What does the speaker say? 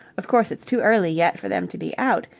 of course it's too early yet for them to be out,